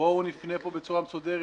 בואו נפנה פה בצורה מסודרת.